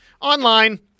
Online